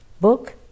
book